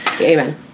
Amen